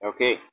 Okay